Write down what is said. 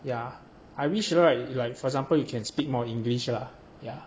yeah I wish right you rig~ like for example you can speak more english lah ya